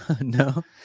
No